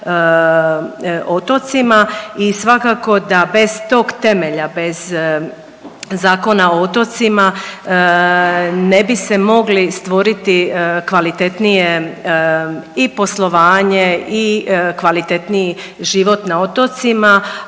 otocima. I svakako da bez tog temelja, bez Zakona o otocima ne bi se mogli stvoriti kvalitetnije i poslovanje i kvalitetniji život na otocima,